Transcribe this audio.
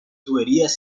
tuberías